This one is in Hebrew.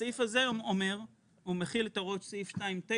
הסעיף הזה מכיל את הוראות סעיף 2(9)